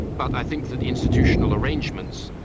but i think that institutional arrangements,